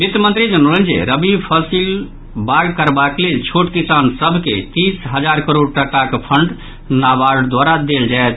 वित्त मंत्री जनौलनि जे रबि फसिल बाग करबाक लेल छोट किसान सभ के तीस हजार करोड़ टाकाक फंड नावार्ड द्वारा देल जायत